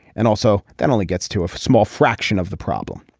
and also that only gets to a small fraction of the problem.